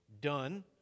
done